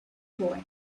boy